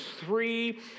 three